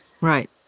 Right